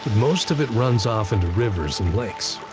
most of it runs off into rivers and lakes.